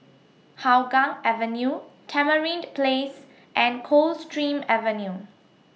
Hougang Avenue Tamarind Place and Coldstream Avenue